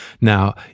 now